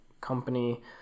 company